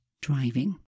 driving